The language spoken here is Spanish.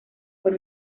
por